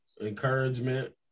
Encouragement